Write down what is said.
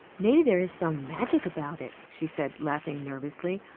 maybe there is some magic about it, she said, laughing nervously.